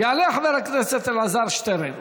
יעלה חבר הכנסת אלעזר שטרן,